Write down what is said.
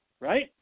right